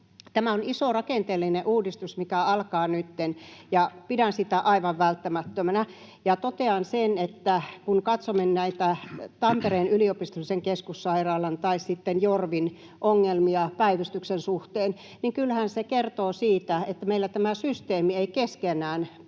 Tämä on iso rakenteellinen uudistus, mikä alkaa nytten, ja pidän sitä aivan välttämättömänä. Totean sen, että kun katsomme näitä Tampereen yliopistollisen keskussairaalan tai sitten Jorvin ongelmia päivystyksen suhteen, niin kyllähän se kertoo siitä, että meillä tämä systeemi ei keskenään puhu